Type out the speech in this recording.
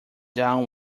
down